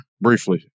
Briefly